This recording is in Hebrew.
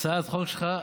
הצעת החוק שלך,